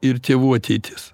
ir tėvų ateitis